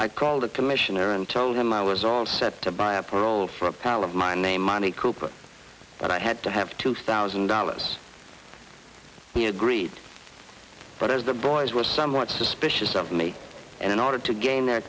i call the commissioner and told him i was all set to buy a parole for a pal of mine named money cooper but i had to have two thousand dollars he agreed but as the boys were somewhat suspicious of me and in order to gain their